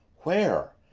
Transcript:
where?